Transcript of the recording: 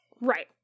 Right